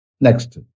Next